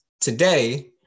today